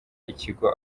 ikigo